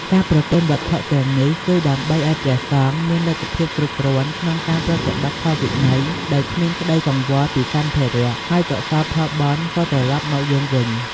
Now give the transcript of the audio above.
ការប្រគេនវត្ថុទាំងនេះ គឺដើម្បីឲ្យព្រះសង្ឃមានលទ្ធភាពគ្រប់គ្រាន់ក្នុងការប្រតិបត្តិធម៌វិន័យដោយគ្មានក្តីកង្វល់ពីសម្ភារៈ ហើយកុសលផលបុណ្យក៏ត្រឡប់មកយើងវិញ។